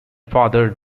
fathered